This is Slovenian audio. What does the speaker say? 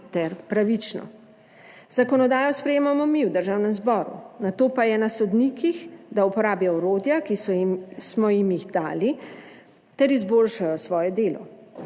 ter pravično. Zakonodajo sprejemamo mi v Državnem zboru, nato pa je na sodnikih, da uporabijo orodja, ki smo jim jih dali, ter izboljšajo svoje delo.